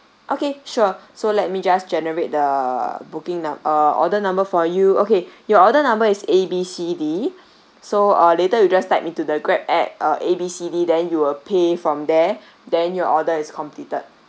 okay sure so let me just generate the booking now uh order number for you okay your order number is A B C D so uh later you just type into the Grab app uh A B C D then you'll pay from there then your order is completed